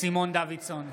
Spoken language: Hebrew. סימון דוידסון,